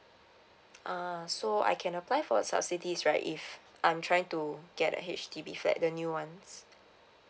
uh so I can apply for a subsidies right if I'm trying to get a H_D_B flats the new one